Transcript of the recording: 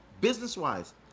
Business-wise